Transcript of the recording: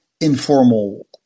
informal